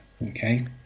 okay